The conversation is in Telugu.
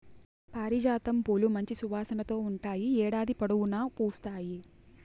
పారిజాతం పూలు మంచి సువాసనతో ఉంటాయి, ఏడాది పొడవునా పూస్తాయి